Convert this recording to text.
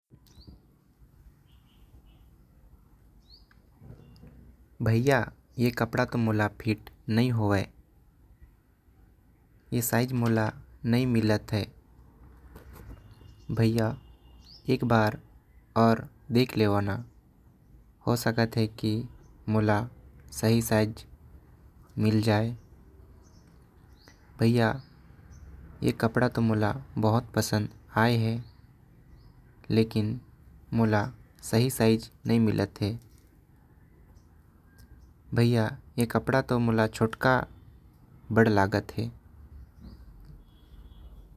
भैया ऐ कपड़ा तो मोला फिट नही होवें। ऐ साइज मोला नही मिले भैया एक बार और देख लेवा। न हो सकत है मोला सही साइज मिल जाए। भैया मोला ऐ कपड़ा मोला बहुत पसंद आइस है। लेकिन मोला सही साइज नही मिले भैया ऐ कपड़ा छोटका लागत हवे।